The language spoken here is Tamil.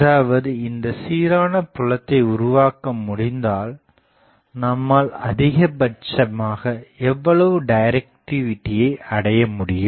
அதாவது இந்த சீரான புலத்தை உருவாக்க முடிந்தால் நம்மால் அதிகபட்சமாக எவ்வளவு டைரக்டிவிடியை அடைய முடியும்